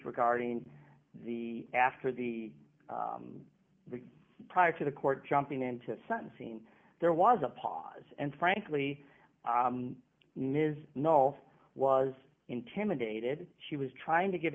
regarding the after the prior to the court jumping into sentencing there was a pause and frankly i was intimidated she was trying to give a